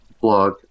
blog